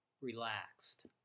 relaxed